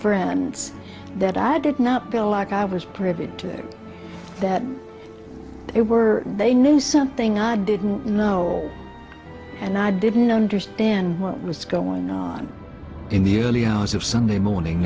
friends that i did not feel like i was privy to that it were they knew something i didn't know and i didn't understand what was going on in the early hours of sunday morning